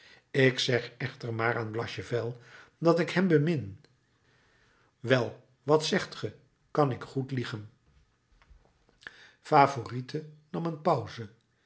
ik zeg echter maar aan blachevelle dat ik hem bemin wel wat zegt ge kan ik goed liegen favourite hernam na een pauze